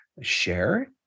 share